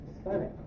stunning